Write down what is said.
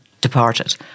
departed